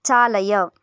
चालय